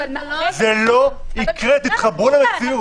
זה לא יקרה, תתחברו למציאות.